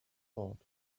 thought